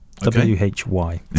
W-H-Y